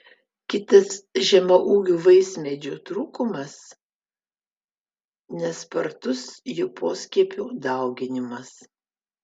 kitas žemaūgių vaismedžių trūkumas nespartus jų poskiepių dauginimas